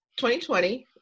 2020